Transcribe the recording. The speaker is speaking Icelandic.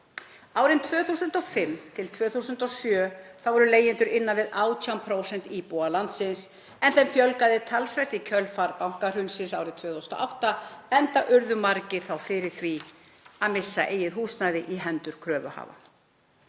Árin 2005–2007 voru leigjendur innan við 18% íbúa landsins en þeim fjölgaði talsvert í kjölfar bankahrunsins árið 2008 enda urðu margir þá fyrir því að missa eigið húsnæði í hendur kröfuhafa.